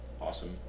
awesome